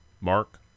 Mark